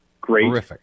great